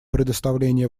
предоставление